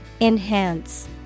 Enhance